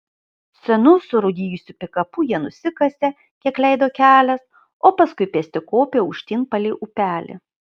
senu surūdijusiu pikapu jie nusikasė kiek leido kelias o paskui pėsti kopė aukštyn palei upelį